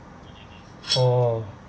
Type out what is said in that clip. oh